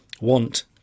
want